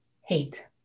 hate